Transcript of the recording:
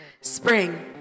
Spring